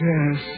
Yes